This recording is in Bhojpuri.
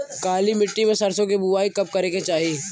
काली मिट्टी में सरसों के बुआई कब करे के चाही?